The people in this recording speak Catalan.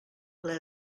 ple